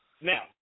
Now